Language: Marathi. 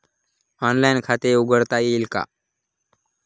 ऑनलाइन खाते उघडता येईल का?